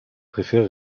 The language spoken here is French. préfère